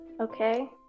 okay